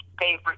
favorite